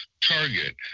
target